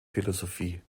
philosophie